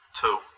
two